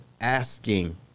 asking